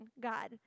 God